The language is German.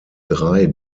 drei